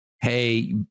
hey